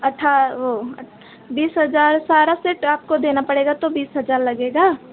अठ्ठा वह बीस हज़ार सारा सेट आपको देना पड़ेगा तो बीस हज़ार लगेगा